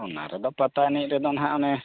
ᱚᱱᱟ ᱨᱮᱫᱚ ᱯᱟᱛᱟ ᱮᱱᱮᱡ ᱨᱮᱫᱚ ᱦᱟᱜ ᱚᱱᱮ